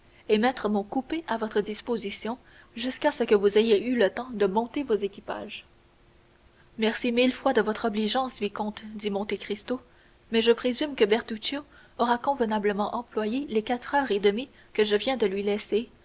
et mettre mon coupé à votre disposition jusqu'à ce que vous ayez eu le temps de monter vos équipages merci mille fois de votre obligeance vicomte dit monte cristo mais je présume que m bertuccio aura convenablement employé les quatre heures et demie que je viens de lui laisser